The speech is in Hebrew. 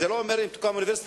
זה לא אומר שאם תוקם אוניברסיטה,